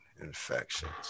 infections